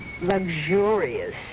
Luxurious